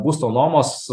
būsto nuomos